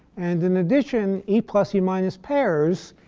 and in addition, e plus e minus pairs,